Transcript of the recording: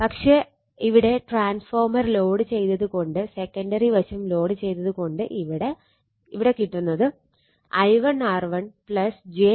പക്ഷെ ഇവിടെ transformer load ചെയ്തത് കൊണ്ട് സെക്കന്ററി വശം ലോഡ് ചെയ്തത് കൊണ്ട് ഇവിടെ കിട്ടുന്നത് I1 R1 j I1 X1 ആയിരിക്കും